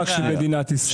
רק של מדינת ישראל.